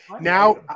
now